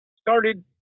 started